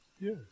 Yes